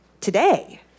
today